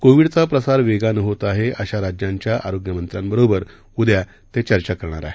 कोविडचा प्रसार वेगानं होत आहे अशा राज्यांच्या आरोग्यमंत्र्यांबरोबर उद्या ते चर्चा करणार आहेत